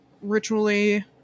ritually